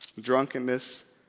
drunkenness